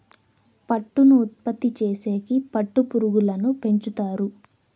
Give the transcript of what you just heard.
పట్టును ఉత్పత్తి చేసేకి పట్టు పురుగులను పెంచుతారు